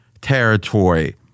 territory